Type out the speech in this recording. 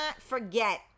forget